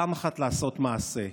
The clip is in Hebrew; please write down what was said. פעם אחת לעשות מעשה.